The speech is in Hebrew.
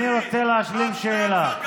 אני רוצה להשלים שאלה.